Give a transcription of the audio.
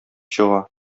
чыга